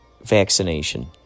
vaccination